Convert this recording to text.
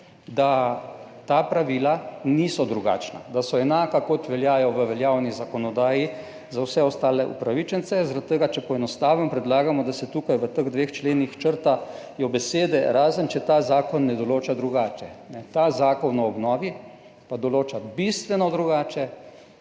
da ta pravila niso drugačna, da so enaka, kot veljajo v veljavni zakonodaji za vse ostale upravičence, zaradi tega, če poenostavim, predlagamo, da se tukaj v teh dveh členih črtajo besede »razen, če ta zakon ne določa drugače«. Ta zakon o obnovi pa določa bistveno drugače,